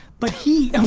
but he,